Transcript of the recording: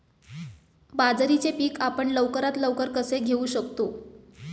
बाजरीचे पीक आपण लवकरात लवकर कसे घेऊ शकतो?